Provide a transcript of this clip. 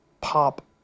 pop